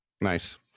Nice